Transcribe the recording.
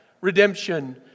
redemption